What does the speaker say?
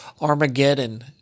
Armageddon